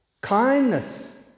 kindness